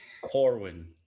Corwin